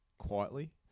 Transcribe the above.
quietly